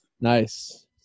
Nice